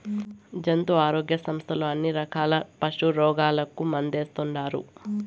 జంతు ఆరోగ్య సంస్థలు అన్ని రకాల పశుల రోగాలకు మందేస్తుండారు